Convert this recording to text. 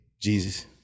Jesus